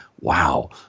wow